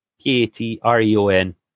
P-A-T-R-E-O-N